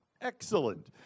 Excellent